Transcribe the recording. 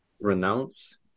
renounce